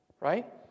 right